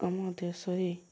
ଆମ ଦେଶରେ